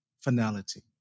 finality